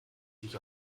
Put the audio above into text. dich